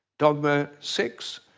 dogma six,